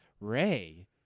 Ray